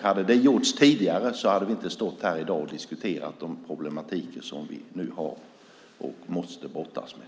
Hade det gjorts tidigare hade vi inte stått här i dag och diskuterat den problematik som vi nu har och måste brottas med.